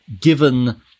given